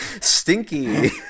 stinky